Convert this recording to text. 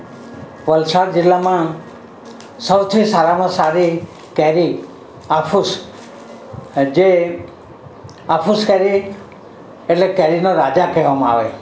વલસાડ જિલ્લામાં સૌથી સારામાં સારી કેરી હાફુસ જે હાફુસ કેરી એટલે કેરીનો રાજા કહેવામાં આવે